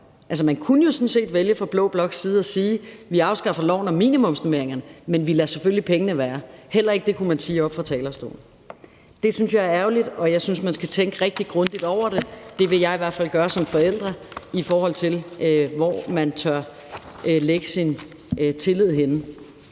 Man kunne jo sådan set fra blå bloks side vælge at sige, at vi afskaffer loven om minimumsnormeringer, men vi lader selvfølgelig pengene være. Heller ikke det kunne de sige oppe fra talerstolen. Det synes jeg er ærgerligt, og jeg synes, at man skal tænke rigtig grundigt over det. Det vil jeg i hvert fald gøre som forælder, i forhold til hvor man tør lægge sin tillid henne.